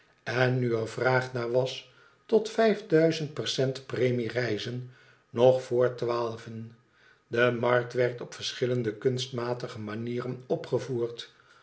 en nu er vraag naar was tot vijf duizend percent premie rijzen nog vr twaalven de markt werd op verschillende kunstmatige manieren opgevoerd